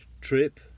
trip